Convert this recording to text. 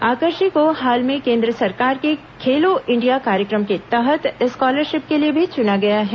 आकर्षी को हाल में केंद्र सरकार के खेलो इंडिया कार्यक्रम के तहत स्कॉलरशिप के लिए भी चुना गया है